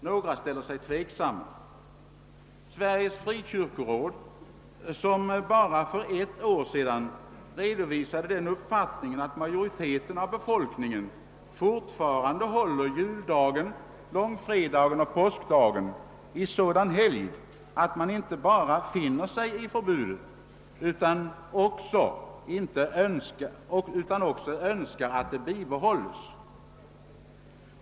Några ställer sig tveksamma. Sveriges frikyrkoråd redovisade för bara ett år sedan den uppfattningen, att majoriteten av befolkningen fortfarande håller juldagen, långfredagen och påskdagen i sådan helgd, att man inte bara finner sig i förbudet utan också önskar att det bibehålles.